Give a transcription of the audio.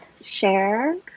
share